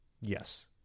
yes